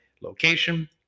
location